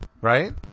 right